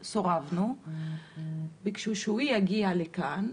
סורבנו, ביקשו שהוא יגיע לכאן.